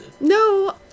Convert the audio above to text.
No